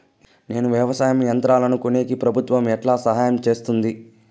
నేను వ్యవసాయం యంత్రాలను కొనేకి ప్రభుత్వ ఎట్లా సహాయం చేస్తుంది?